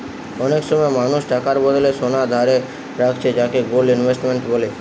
অনেক সময় মানুষ টাকার বদলে সোনা ধারে রাখছে যাকে গোল্ড ইনভেস্টমেন্ট বলে